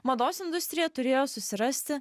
mados industrija turėjo susirasti